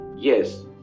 Yes